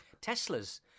Tesla's